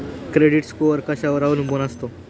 Credit score कशावर अवलंबून असतो?